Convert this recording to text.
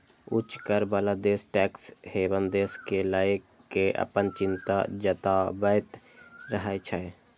उच्च कर बला देश टैक्स हेवन देश कें लए कें अपन चिंता जताबैत रहै छै